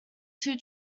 two